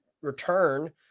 return